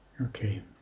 Okay